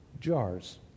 jars